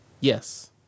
Yes